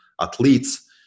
athletes